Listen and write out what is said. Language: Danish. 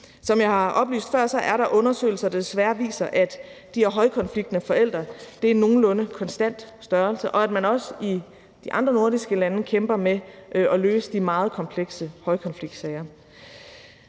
Som jeg har oplyst før, er der undersøgelser, der desværre viser, at de her højkonfliktende forældre er en nogenlunde konstant størrelse, og at man også i de andre nordiske lande kæmper med at løse de meget komplekse højkonfliktsager.